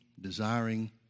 desiring